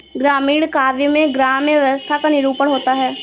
ग्रामीण काव्य में ग्राम्य व्यवस्था का निरूपण होता है